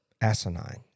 asinine